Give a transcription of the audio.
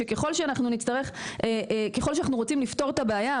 שככול שאנחנו רוצים לפתור את הבעיה,